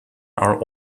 are